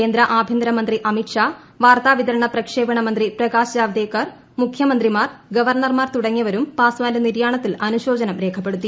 കേന്ദ്ര ആഭ്യന്തരമന്ത്രി അമിത് ഷാ വാർത്താ വിതരണ പ്രക്ഷേപണ മന്ത്രി പ്രകാശ് ജാവ്ദേക്കർ മുഖൃമന്ത്രിമാർ ഗവർണർമാർ തുടങ്ങിയവരും പാസ്വാന്റെ നിര്യാണത്തിൽ അനുശോചനം രേഖപ്പെടുത്തി